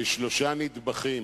בשלושה נדבכים.